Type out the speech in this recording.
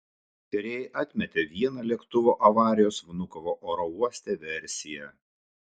tyrėjai atmetė vieną lėktuvo avarijos vnukovo oro uoste versiją